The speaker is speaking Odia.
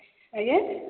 ଆଜ୍ଞା